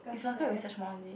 is marker research mod is it